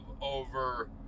over